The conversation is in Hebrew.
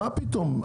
מה פתאום?